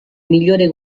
migliore